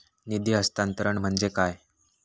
निधी हस्तांतरण म्हणजे काय?